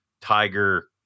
tiger